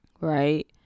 right